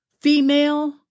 female